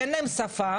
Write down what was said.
שאין להם את השפה,